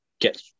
get